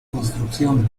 construcción